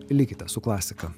likite su klasika